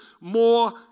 more